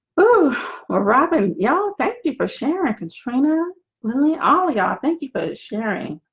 oh robin y'all thank you for sharing katrina lily all y'all thank you for sharing.